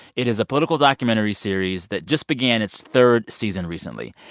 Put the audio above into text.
it is a political documentary series that just began its third season recently.